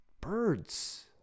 birds